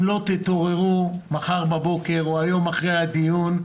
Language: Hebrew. אם לא תתעוררו מחר בבוקר או היום אחרי הדיון,